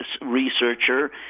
researcher